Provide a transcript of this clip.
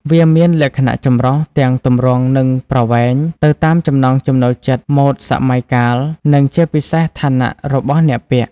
វាមានលក្ខណៈចម្រុះទាំង ទម្រង់ និងប្រវែង ទៅតាមចំណង់ចំណូលចិត្ត ម៉ូដសម័យកាល និងជាពិសេសឋានៈរបស់អ្នកពាក់។